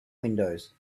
windows